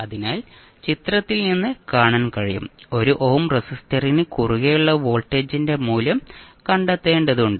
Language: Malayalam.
അതിനാൽ ചിത്രത്തിൽ നിന്ന് കാണാൻ കഴിയും 1 ഓം റെസിസ്റ്ററിന് കുറുകെയുള്ള വോൾട്ടേജിന്റെ മൂല്യം കണ്ടെത്തേണ്ടതുണ്ട്